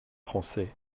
français